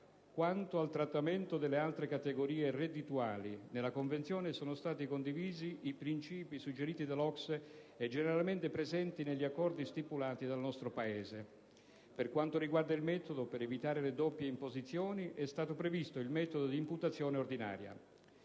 Quanto al trattamento delle altre categorie reddituali, nella Convenzione sono stati condivisi ì principi suggeriti dall'OCSE e generalmente presenti negli accordi stipulati dal nostro Paese. Per quanto riguarda il metodo per evitare le doppie imposizioni, è stato previsto il metodo di imputazione ordinaria.